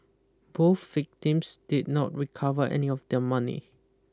both victims did not recover any of their money